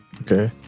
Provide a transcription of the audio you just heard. Okay